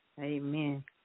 Amen